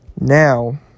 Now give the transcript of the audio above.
Now